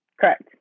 correct